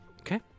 Okay